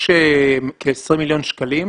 יש כ-20 מיליון שקלים